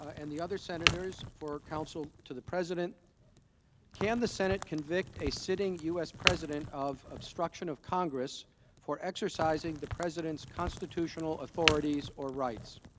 and the other senators for counsel to the president can the senate convict a sitting u s. president of obstruction of congress for exercising the president's constitutional authorities or rights